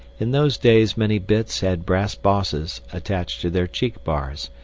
in those days many bits had brass bosses attached to their cheek bars,